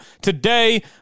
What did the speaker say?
today